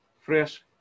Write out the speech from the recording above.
fresh